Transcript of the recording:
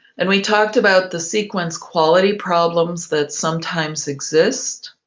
and we talked about the sequence quality problems that sometimes exist.